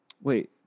Wait